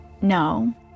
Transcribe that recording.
no